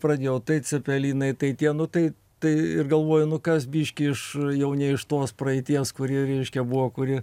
pradėjau tai cepelinai tai tie nu tai tai ir galvoju nu kas biškį iš jau ne iš tos praeities kuri reiškia buvo kuri